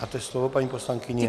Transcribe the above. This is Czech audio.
Máte slovo, paní poslankyně.